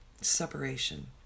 separation